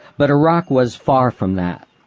but iraq was far from that.